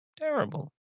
terrible